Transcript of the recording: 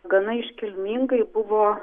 gana iškilmingai buvo